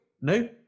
No